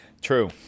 True